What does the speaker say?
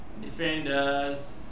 Defenders